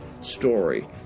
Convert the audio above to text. story